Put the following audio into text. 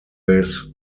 this